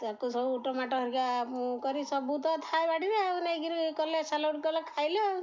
ତାକୁ ସବୁ ଟମାଟୋ ହେରିକା ମୁଁ କରି ସବୁ ତ ଥାଏ ବାଡ଼ିବେ ଆଉ ନେଇକିରି କଲେ ସାଲଡ଼୍ କଲେ ଖାଇଲେ ଆଉ